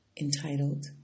Entitled